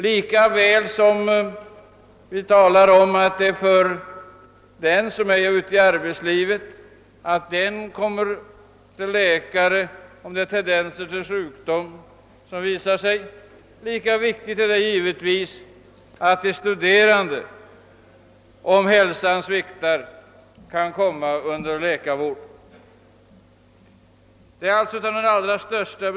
Lika viktigt som det är att de som är ute i arbetslivet kommer till läkare i tid vid tecken på sjukdomar, lika viktigt är det givetvis att de studerande kan komma under läkarvård om hälsan sviktar.